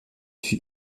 fut